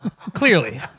clearly